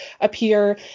appear